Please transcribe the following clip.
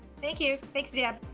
thank you, thanks, deb.